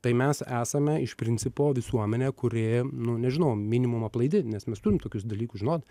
tai mes esame iš principo visuomenė kuri nu nežinau minimum aplaidi nes mes turim tokius dalykus žinoti